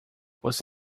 você